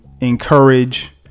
encourage